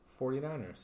49ers